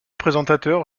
présentateurs